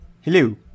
Hello